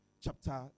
chapter